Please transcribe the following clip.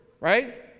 right